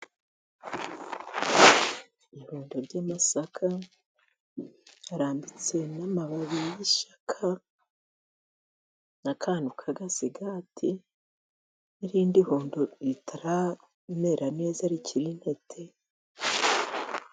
Ibirundo by' amasaka arambitse, n' amababi y' ishaka na akantu kagasigati, ni rindi hundo ritaramera neza rikiri intete.